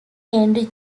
henry